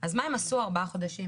אז מה הם עשו ארבעה חודשים?